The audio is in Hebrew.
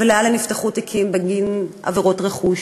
ולאלן נפתחו תיקים בגין עבירות רכוש.